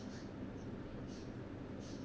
it's